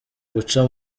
guca